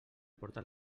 porta